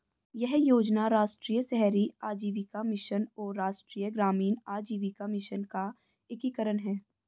यह योजना राष्ट्रीय शहरी आजीविका मिशन और राष्ट्रीय ग्रामीण आजीविका मिशन का एकीकरण है